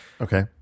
Okay